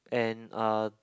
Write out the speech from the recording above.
and uh